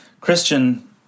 Christian